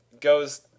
goes